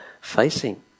facing